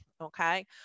okay